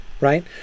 Right